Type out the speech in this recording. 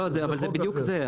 זה בדיוק זה.